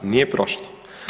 Nije prošlo.